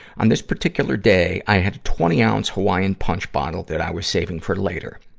on this particular day, i had a twenty ounce hawaiian punch bottle that i was saving for later.